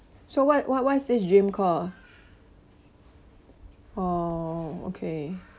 so what what what is this gym called oh okay